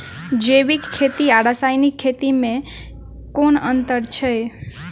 जैविक खेती आ रासायनिक खेती मे केँ अंतर छै?